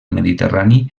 mediterrani